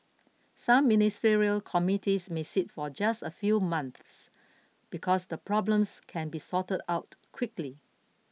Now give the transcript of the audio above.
some Ministerial committees may sit for just a few months because the problems can be sorted out quickly